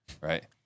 right